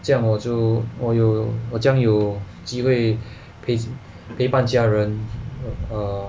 这样我就我有我将有机会陪陪伴家人 err